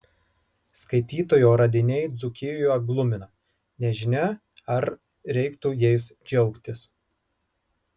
skaitytojo radiniai dzūkijoje glumina nežinia ar reiktų jais džiaugtis